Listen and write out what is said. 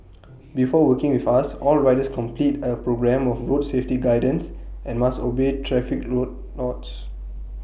before working with us all riders complete A programme of road safety guidance and must obey traffic road laws